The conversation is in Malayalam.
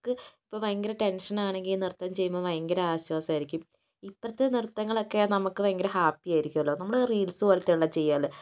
ചിലവർക് ഇപ്പോൾ ഭയങ്കര ടെൻഷൻ ആണെങ്കിൽ നൃത്തം ചെയ്യുമ്പോൾ ഭയങ്കര ആശ്വാസമായിരിക്കും ഇപ്പോഴത്തെ നൃത്തങ്ങൾ ഒക്കെ നമുക്ക് ഭയങ്കര ഹാപ്പി ആയിരിക്കുമല്ലൊ നമ്മൾ റീൽസ് പോലത്തെ ഉള്ളത് ചെയ്യുമല്ലൊ